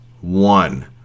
one